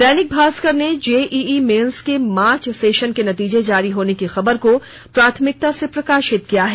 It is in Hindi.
दैनिक भास्कर ने जेइइ मेंस के मार्च सेशन के नतीजे जारी होने की खबर को प्राथमिकता से प्रकाशित किया है